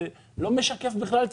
זה בכלל לא משקף את